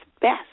best